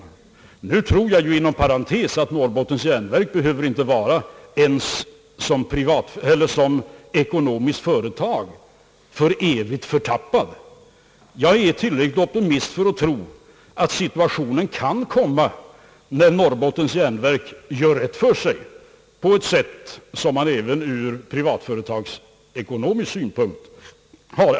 Inom parentes tror jag ju att Norrbottens järnverk inte ens som ekonomiskt företag behöver vara för evigt förtappat. Jag är tillräckligt mycket optimist för att tro att den dagen kan komma när Norrbottens järnverk gör rätt för sig på ett sätt som kan accepteras även ur privatekonomisk synpunkt.